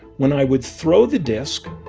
when i would throw the disc,